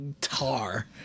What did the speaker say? tar